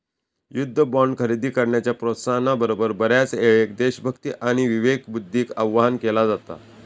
युद्ध बॉण्ड खरेदी करण्याच्या प्रोत्साहना बरोबर, बऱ्याचयेळेक देशभक्ती आणि विवेकबुद्धीक आवाहन केला जाता